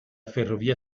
ferrovia